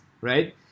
right